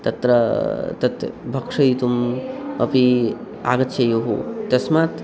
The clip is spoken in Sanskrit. तत्र तत् भक्षयितुम् अपि आगच्छेयुः तस्मात्